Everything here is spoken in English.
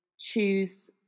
choose